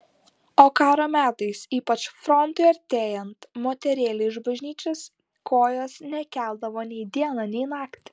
o karo metais ypač frontui artėjant moterėlė iš bažnyčios kojos nekeldavo nei dieną nei naktį